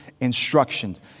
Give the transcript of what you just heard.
instructions